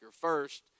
First